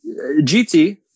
GT